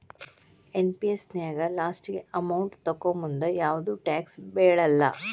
NPS ನ್ಯಾಗ ಲಾಸ್ಟಿಗಿ amount ತೊಕ್ಕೋಮುಂದ ಯಾವ್ದು ಟ್ಯಾಕ್ಸ್ ಬೇಳಲ್ಲ